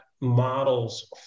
models